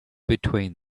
between